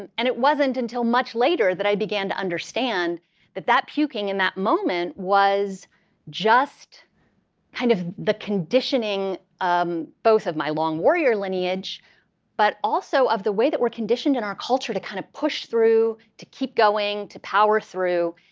and and it wasn't until much later that i began to understand that that puking in that moment was just kind of the conditioning um both of my long warrior lineage but also of the way that we're conditioned in our culture to kind of push through to keep going to power through.